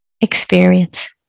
experience